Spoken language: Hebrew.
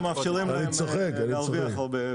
אני צוחק, אני צוחק.